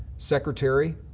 secretary,